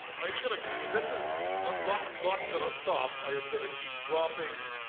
i didn't get a key this is not much, not gonna stop, i am gonna keep dropping.